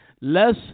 less